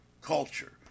culture